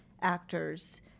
actors